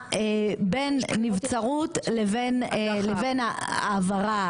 נעה בין נבצרות לבין ההעברה,